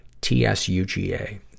T-S-U-G-A